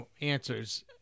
answers